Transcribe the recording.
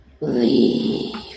Leave